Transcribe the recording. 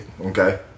Okay